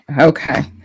Okay